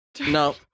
No